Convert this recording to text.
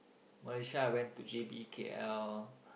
Malaysia I went to J_B K_L